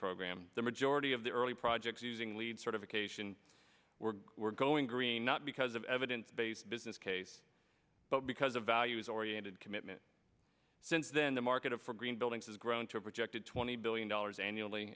program the majority of the early projects using lead certification were going green not because of evidence based business case but because of values oriented commitment since then the market for green buildings has grown to a projected twenty billion dollars annually